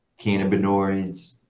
cannabinoids